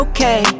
Okay